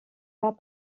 pas